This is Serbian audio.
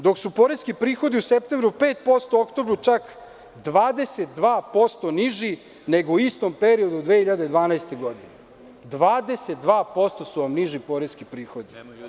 Dok su poreski prihodi u septembru 5%, u oktobru čak 22% niži, nego u istom periodu 2012. godine, 22% su vam niži poreski prihodi.